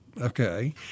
Okay